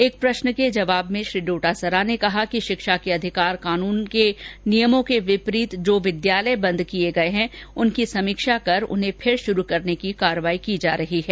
एक प्रश्न के जवाब में श्री डोटासरा ने कहा कि शिक्षा के अधिकार कानून के नियर्मो के विपरीत जो विद्यालय बंद किये गये उनकी समीक्षा कर उन्हें फिर शुरू करने की कार्यवाही की जा रही है